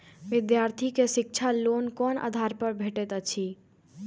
विधार्थी के शिक्षा लोन कोन आधार पर भेटेत अछि?